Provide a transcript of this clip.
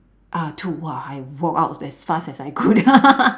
uh two !wah! I walked out as fast as I could